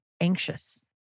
anxious